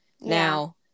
now